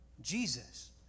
Jesus